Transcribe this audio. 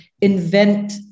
invent